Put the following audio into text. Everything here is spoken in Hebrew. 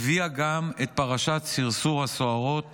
הביאה גם את פרשת סרסור הסוהרות